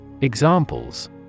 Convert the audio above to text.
Examples